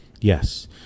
Yes